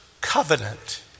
covenant